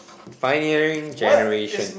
pioneering generation